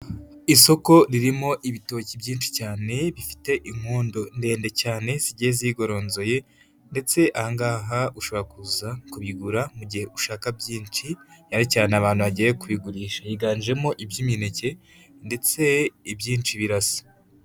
Isoko ririmo ibitoki byinshi cyane bifite inkondo ndende cyane zigiye zigoronzoye, ndetse aha ngaha ushobora kuza kubigura mu gihe ushaka byinshi cyane cyane abantu bagiye kubigurisha, higanjemo iby'imineke ndetse ibyinshi birasa.